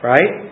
Right